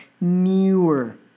Newer